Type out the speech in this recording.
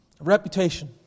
Reputation